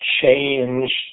change